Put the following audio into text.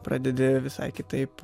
pradedi visai kitaip